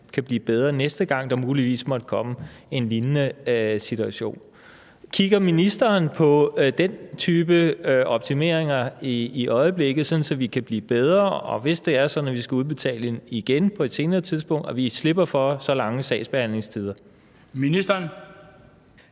kan blive bedre, til der næste gang muligvis måtte komme en lignende situation. Kigger ministeren på den type optimeringer i øjeblikket, sådan at vi kan blive bedre? Hvis det er sådan, at vi skal udbetale igen på et senere tidspunkt, slipper vi så for så lange sagsbehandlingstider? Kl.